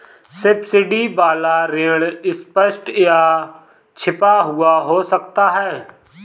subsidy वाला ऋण स्पष्ट या छिपा हुआ हो सकता है